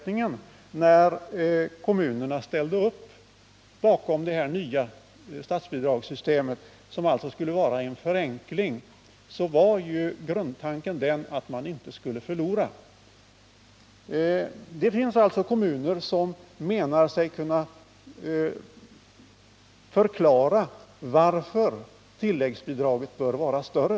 När kommunerna ställde upp bakom det nya statsbidragssystemet, som skulle vara en förenkling, var ju grundtanken att man inte skulle förlora någonting. Det finns kommuner som menar sig kunna förklara varför tilläggsbidraget bör vara större.